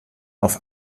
auf